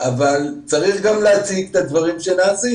אבל צריך גם להציג את הדברים שנעשים